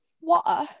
Water